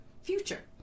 Future